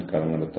ആരെ നിയമിക്കാം